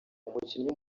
umukinnyi